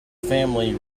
family